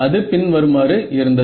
அது பின்வருமாறு இருந்தது